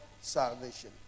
Salvation